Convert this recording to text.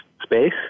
space